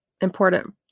important